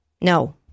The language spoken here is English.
no